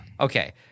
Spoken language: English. Okay